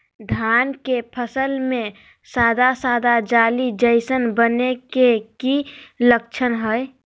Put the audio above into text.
धान के फसल में सादा सादा जाली जईसन बने के कि लक्षण हय?